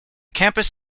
campus